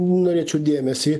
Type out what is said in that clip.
norėčiau dėmesį